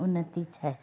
उन्नति छै